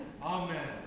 Amen